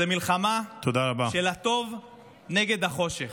זו מלחמה של הטוב נגד החושך.